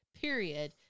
period